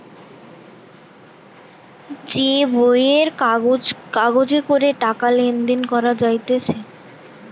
যে বইয়ের কাগজে করে টাকা লেনদেন করা যাইতেছে